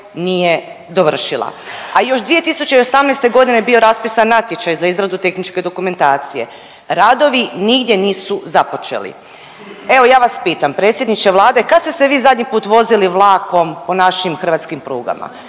nije dovršila, a još 2018.g. je bio raspisan natječaj za izradu tehničke dokumentacije, radovi nigdje nisu započeli. Evo ja vas pitam predsjedniče vlade, kad ste se vi zadnji put vozili vlakom po našim hrvatskim prugama?